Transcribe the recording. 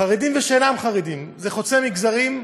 חרדים ושאינם חרדים, זה חוצה מגזרים,